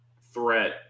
threat